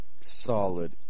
solid